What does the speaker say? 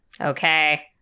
okay